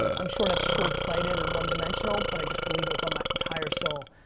i'm sure that's short-sighted and one-dimensional, but i just believe it with um my entire soul.